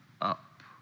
up